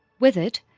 with it,